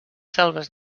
selves